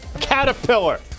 Caterpillar